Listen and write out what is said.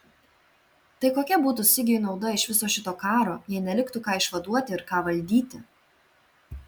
tai kokia būtų sigiui nauda iš viso šito karo jei neliktų ką išvaduoti ir ką valdyti